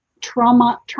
trauma